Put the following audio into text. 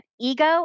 ego